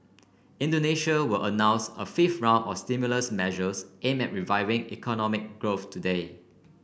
Indonesia will announce a fifth round of stimulus measures aim at reviving economic growth today